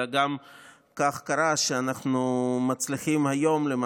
אלא גם כך קרה שאנחנו מצליחים כולנו ביחד